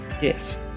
Yes